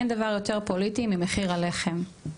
אין דבר יותר פוליטי מחיר הלחם,